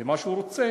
ומה שהוא רוצה